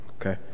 Okay